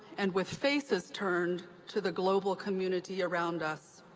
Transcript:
and with faces turned to the global community around us.